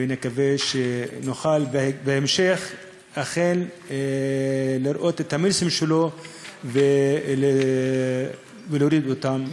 ונקווה שנוכל בהמשך אכן לראות את המינוסים שלו ולהוריד אותם,